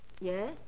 Yes